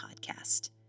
Podcast